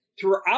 throughout